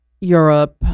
Europe